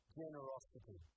generosity